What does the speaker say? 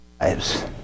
lives